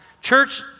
Church